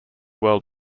world